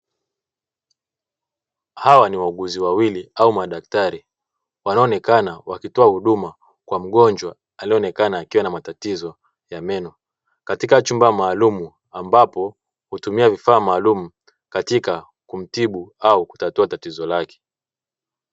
Hawa ni wauguzi wawili au madaktari wanaoonekana wakitoa huduma kwa mgonjwa anayeonekana akiwa na matatizo ya meno katika chumba maalumu, ambapo hutumia vifaa maalumu katika kumtibu au kutatua tatizo lake.